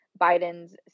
biden's